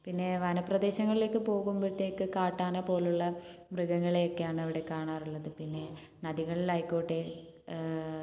പിന്നെ വനപ്രദേശങ്ങളിലേക്ക് പോകുമ്പോഴത്തേക്ക് കാട്ടാന പോലുള്ള മൃഗങ്ങളെയൊക്കെയാണ് അവിടെ കാണാറുള്ളത് പിന്നെ നദികളിൽ ആയിക്കോട്ടെ